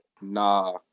Nah